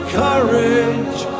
courage